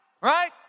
right